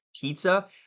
pizza